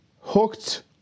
hooked